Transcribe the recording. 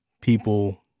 people